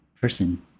person